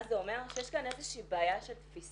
מה זה אומר שיש כאן איזושהי בעיה של תפיסה.